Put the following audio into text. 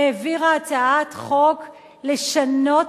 העבירה הצעת חוק לשנות